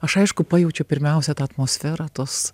aš aišku pajaučiau pirmiausia tą atmosferą tos